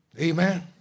Amen